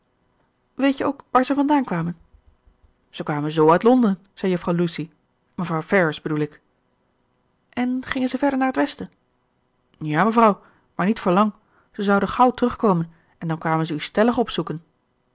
weet je ook waar ze vandaan kwamen ze kwamen z uit londen zei juffrouw lucy mevrouw ferrars bedoel ik en gingen ze verder naar t westen ja mevrouw maar niet voor lang ze zouden gauw terugkomen en dan kwamen ze u stellig opzoeken